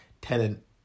Tenant